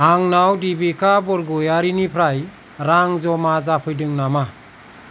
आंनाव दिबिका बरग'यारिनिफ्राय रां जमा जाफैदों नामा